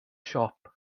siop